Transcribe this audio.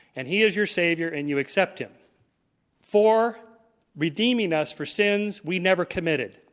and he is your savior, and you accept him for redeeming us for sins we never committed.